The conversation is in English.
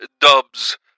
Dubs